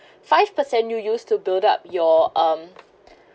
five percent you use to build up your um